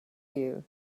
you